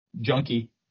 junkie